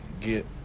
get